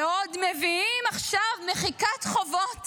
ועוד מביאים עכשיו מחיקת חובות